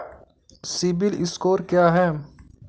CIBIL score क्या है?